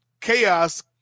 chaos